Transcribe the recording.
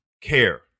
care